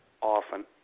often